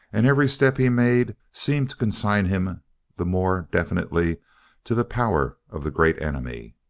and every step he made seemed to consign him the more definitely to the power of the great enemy.